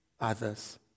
others